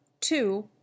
two